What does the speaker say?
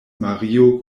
mario